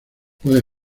puede